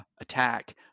attack